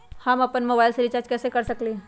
हम अपन मोबाइल में रिचार्ज कैसे कर सकली ह?